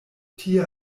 tie